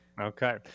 Okay